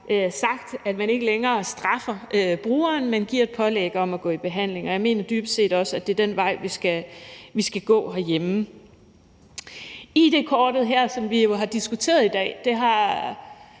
sagt, at man ikke længere straffer brugeren, men giver et pålæg om at gå i behandling, og jeg mener dybest set også, at det er den vej, vi skal gå herhjemme. Id-kortet, som vi jo har diskuteret her i dag, er